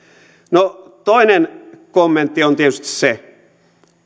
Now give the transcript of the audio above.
toinen kommentti on tietysti se